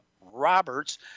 Roberts